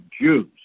Jews